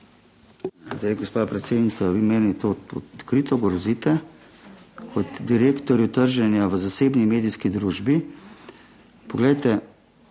Hvala